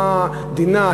מה דינה,